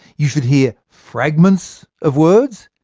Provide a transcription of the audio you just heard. you should hear fragments of words,